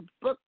Book